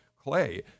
Clay